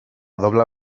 doble